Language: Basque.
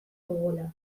dugula